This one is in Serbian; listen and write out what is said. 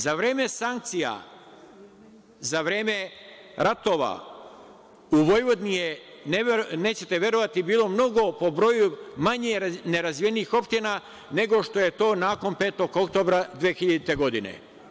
Za vreme sankcija, za vreme ratova u Vojvodini je, nećete verovati, bilo mnogo po broju manje nerazvijenih opština nego što je to nakon 5. oktobra 2000. godine.